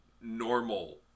normal